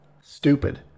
Stupid